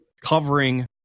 covering